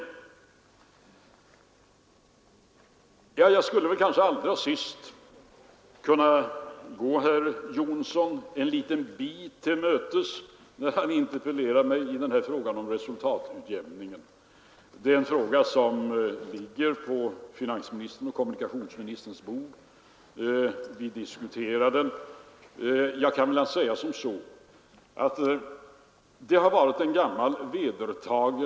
Allra sist skulle jag kunna gå herr Jonsson i Alingsås en liten bit till mötes, när han interpellerar mig beträffande resultatutjämningen. Det är en fråga som ligger på finansministerns och kommunikationsministerns bord. Vi diskuterar den.